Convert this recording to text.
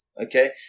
Okay